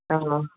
ஆ ஆ